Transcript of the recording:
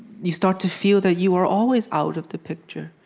you start to feel that you are always out of the picture,